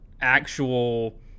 actual